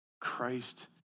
Christ